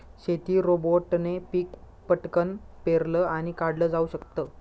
शेती रोबोटने पिक पटकन पेरलं आणि काढल जाऊ शकत